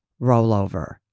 rollover